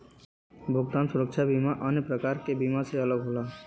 भुगतान सुरक्षा बीमा अन्य प्रकार के बीमा से अलग होला